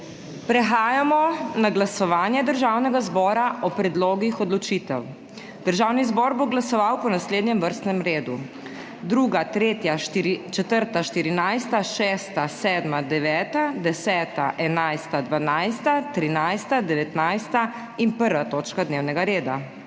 Prehajamo na glasovanje Državnega zbora o predlogih odločitev. Državni zbor bo glasoval po naslednjem vrstnem redu: 2., 3., 4., 14., 6., 7., 9., 10., 11., 12., 13., 19. in 1. točka dnevnega reda.